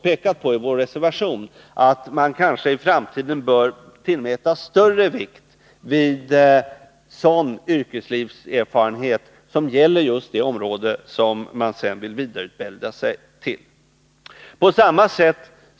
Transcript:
Vi har i vår reservation pekat på att man i framtiden kanske bör tillmäta sådan yrkeslivserfarenhet som gäller just det område som den studerande vill vidareutbilda sig för större vikt.